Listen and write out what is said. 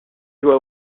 joua